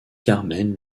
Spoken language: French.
carmen